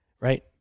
right